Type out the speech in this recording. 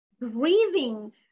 breathing